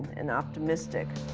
and optimistic.